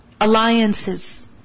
Alliances